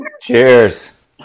Cheers